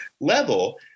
level